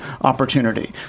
opportunity